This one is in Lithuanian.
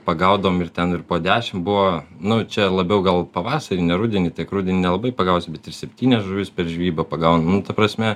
pagaudom ir ten ir po dešimt buvo nu čia labiau gal pavasarį ne rudenį tik rudenį nelabai pagausi bet ir septynias žuvis per žvybą pagauni nu ta prasme